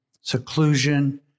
seclusion